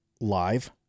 live